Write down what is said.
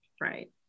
Right